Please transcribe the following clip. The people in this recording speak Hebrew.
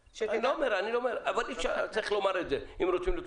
צריך לומר את הדברים.